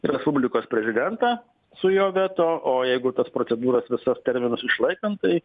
respublikos prezidentą su jo veto o jeigu tos procedūros visas terminus išlaikant tai